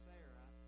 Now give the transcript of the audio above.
Sarah